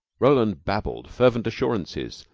roland babbled fervent assurances,